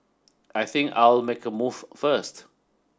I think I'll make a move first